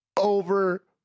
Over